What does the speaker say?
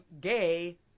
gay